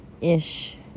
ish